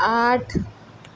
آٹھ